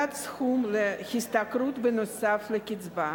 הגדלת סכום להשתכרות בנוסף לקצבה)